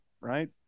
right